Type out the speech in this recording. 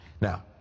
Now